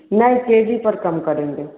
नहीं K G पर कम करेंगे